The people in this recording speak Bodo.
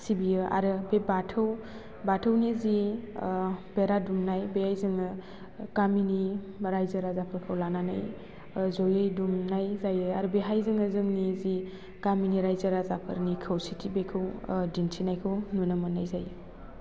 सिबियो आरो बे बाथौ बाथौनि जि बेरा दुमनाय बेहाय जोङो गामिनि बा रायजो राजाफोरखौ लानानै जयै दुमनाय जायो आरो बेहाय जोङो जोंनि जि गामिनि रायजो राजाफोरनि खौसेथि बेखौ दिन्थिनायखौ नुनो मोन्नाय जायो